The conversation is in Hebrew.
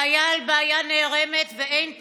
בעיה נערמת על בעיה ואין פתרונות,